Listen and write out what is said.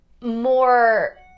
more